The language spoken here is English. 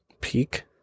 peak